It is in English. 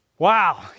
Wow